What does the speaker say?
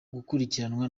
gukurikiranwa